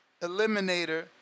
eliminator